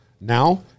Now